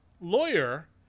lawyer